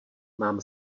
mám